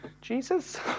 Jesus